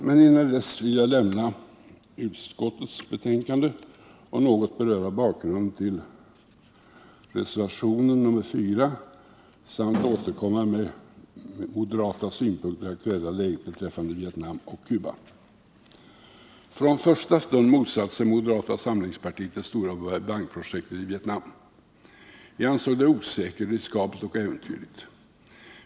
Men innan dess vill jag lämna utskottets betänkande och något beröra bakgrunden till reservationen nr 4 samt återkomma med moderata synpunkter på det aktuella läget beträffande Vietnam och Cuba. Från första stund motsatte sig moderata samlingspartiet det stora Bai Bang-projektet i Vietnam. Vi ansåg det osäkert, riskabelt och äventyrligt.